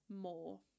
more